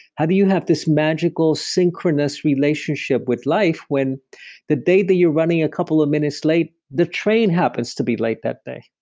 how do you have this magical synchronous relationship with life when the day you're running a couple of minutes late, the train happens to be late that day?